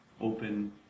open